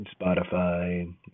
Spotify